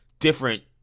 Different